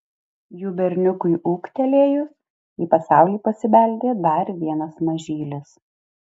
jų berniukui ūgtelėjus į pasaulį pasibeldė dar vienas mažylis